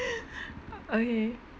okay